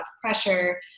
pressure